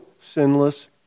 sinless